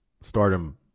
Stardom